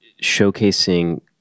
showcasing